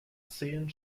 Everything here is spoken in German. zehn